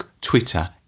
Twitter